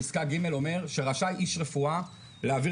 פסקה ג' אומר: שרשאי איש רפואה להעביר